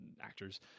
actors